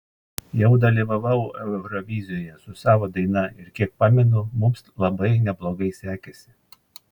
jau dalyvavau eurovizijoje su savo daina ir kiek pamenu mums labai neblogai sekėsi